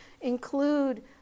include